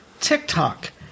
TikTok